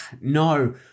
No